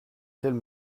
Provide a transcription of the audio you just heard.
telle